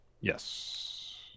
Yes